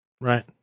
right